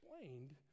explained